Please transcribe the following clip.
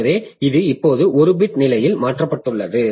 எனவே இது இப்போது 1 பிட் நிலையில் மாற்றப்பட்டுள்ளது